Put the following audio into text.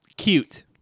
Cute